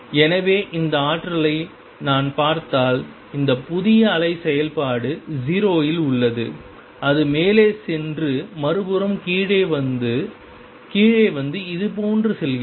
எனவே இந்த ஆற்றலை நான் பார்த்தால் இந்த புதிய அலை செயல்பாடு 0 இல் உள்ளது அது மேலே சென்று மறுபுறம் கீழே வந்து கீழே வந்து இதுபோன்று செல்கிறது